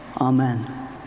Amen